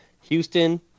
Houston